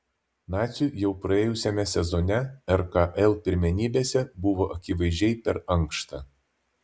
naciui jau praėjusiame sezone rkl pirmenybėse buvo akivaizdžiai per ankšta